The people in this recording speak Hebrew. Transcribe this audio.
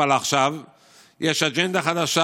אבל עכשיו יש אג'נדה חדשה.